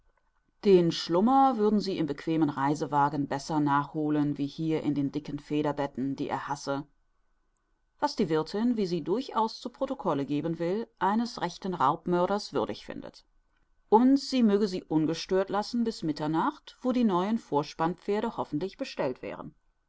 den schlummer würden sie im bequemen reisewagen besser nachholen wie hier in den dicken federbetten die er hasse was die wirthin wie sie durchaus zu protocolle geben will eines rechten raubmörders würdig findet und sie möge sie ungestört lassen bis mitternacht wo die neuen vorspannpferde hoffentlich bestellt wären